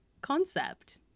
concept